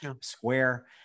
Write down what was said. Square